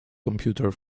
computer